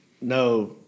no